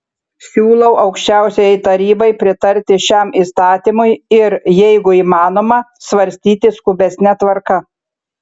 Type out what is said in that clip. siūlau aukščiausiajai tarybai pritarti šiam įstatymui ir jeigu įmanoma svarstyti skubesne tvarka